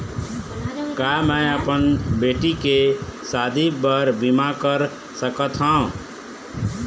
का मैं अपन बेटी के शादी बर बीमा कर सकत हव?